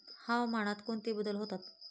हवामानात कोणते बदल होतात?